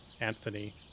Anthony